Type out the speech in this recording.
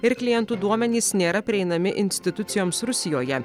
ir klientų duomenys nėra prieinami institucijoms rusijoje